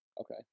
Okay